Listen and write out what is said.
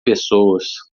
pessoas